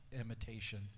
imitation